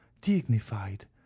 dignified